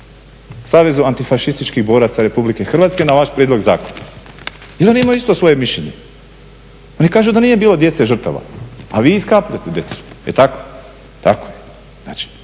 Savezu antifašističkih boraca Republike Hrvatske na vaš prijedlog zakona. I oni imaju isto svoje mišljenje, oni kažu da nije bilo djece žrtava a vi iskapljate djecu, je li tako? Tako je, znači